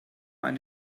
eine